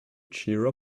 cheer